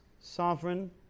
sovereign